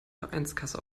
vereinskasse